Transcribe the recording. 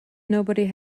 nobody